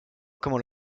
comment